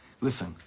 Listen